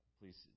please